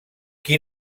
qui